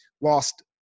lost